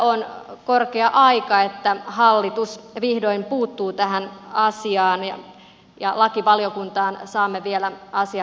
on korkea aika että hallitus vihdoin puuttuu tähän asiaan ja lakivaliokuntaan saamme vielä asian käsittelyyn